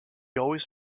always